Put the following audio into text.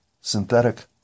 synthetic